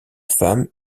femme